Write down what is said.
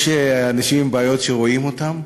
יש אנשים עם בעיות שרואים אותן,